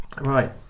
right